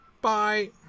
Bye